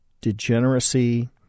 degeneracy